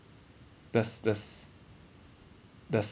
does does does